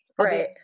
Right